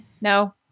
no